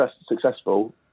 successful